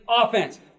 Offense